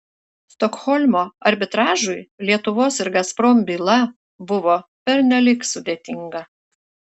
stokholmo arbitražui lietuvos ir gazprom byla buvo pernelyg sudėtinga